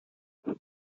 eso